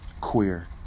queer